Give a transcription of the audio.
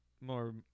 more